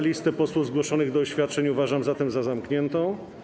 Listę posłów zgłoszonych do oświadczeń uważam zatem za zamkniętą.